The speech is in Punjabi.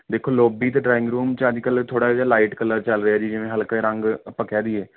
ਦੇਖੋ ਲੋਬੀ ਅਤੇ ਡਰਾਇੰਗ ਰੂਮ 'ਚ ਅੱਜ ਕੱਲ੍ਹ ਥੋੜ੍ਹਾ ਜਿਹਾ ਲਾਈਟ ਕਲਰ ਚੱਲ ਰਿਹਾ ਜੀ ਜਿਵੇਂ ਹਲਕੇ ਰੰਗ ਆਪਾਂ ਕਹਿ ਦੇਈਏ